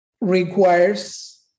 requires